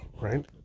right